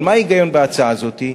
אבל מה ההיגיון בהצעה הזאת?